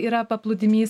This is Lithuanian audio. yra paplūdimys